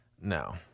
No